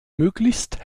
möglichst